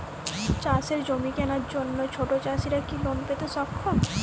চাষের জমি কেনার জন্য ছোট চাষীরা কি লোন পেতে সক্ষম?